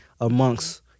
amongst